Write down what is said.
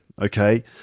okay